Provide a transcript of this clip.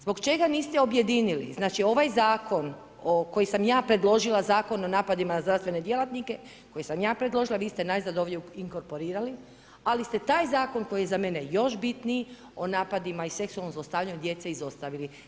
Zbog čega niste objedinili, znači ovaj Zakon koji sam ja predložila, Zakon o napadima na zdravstvene djelatnike koji sam ja predložila, vi ste najzad ovdje inkorporirali, ali ste taj Zakon koji je za mene još bitniji o napadima i seksualnom zlostavljanju djece izostavili.